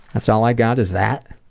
that's all i got is that?